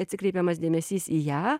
atsikreipiamas dėmesys į ją